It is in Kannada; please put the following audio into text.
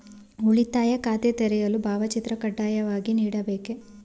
ಉಳಿತಾಯ ಖಾತೆ ತೆರೆಯಲು ಭಾವಚಿತ್ರ ಕಡ್ಡಾಯವಾಗಿ ನೀಡಬೇಕೇ?